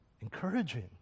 Encouraging